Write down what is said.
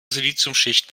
siliziumschicht